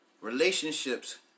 relationships